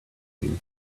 you